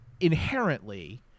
inherently